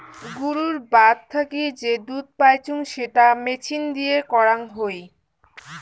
গুরুর বাত থাকি যে দুধ পাইচুঙ সেটা মেচিন দিয়ে করাং হই